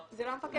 זה לא המפקח.